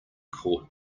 court